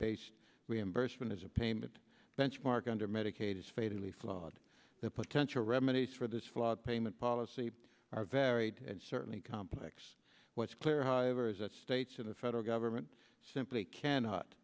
based reimbursement as a payment benchmark under medicaid is fatally flawed the potential remedies for this flawed payment policy are varied and certainly complex what's clear however is that states in the federal government simply cannot